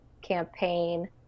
campaign